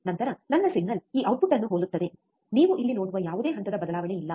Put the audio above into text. ನಂತರ ನನ್ನ ಸಿಗ್ನಲ್ ಈ ಔಟ್ಪುಟ್ ಅನ್ನು ಹೋಲುತ್ತದೆ ನೀವು ಇಲ್ಲಿ ನೋಡುವ ಯಾವುದೇ ಹಂತದ ಬದಲಾವಣೆಯಿಲ್ಲ